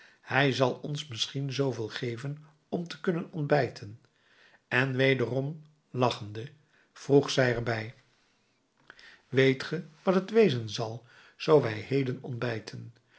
hij zal ons misschien zooveel geven om te kunnen ontbijten en wederom lachende voegde zij er bij weet ge wat het wezen zal zoo wij heden ontbijten